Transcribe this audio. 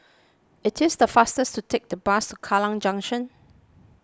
it is faster to take the bus Kallang Junction